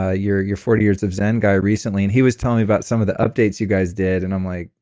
ah your your forty years of zen guy recently, and he was telling me about some of the updates you guys did, and i'm like,